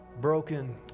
broken